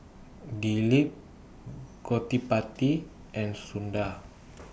Dilip Gottipati and Suda